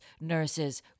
nurses